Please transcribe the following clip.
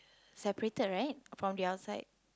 separated right from the outside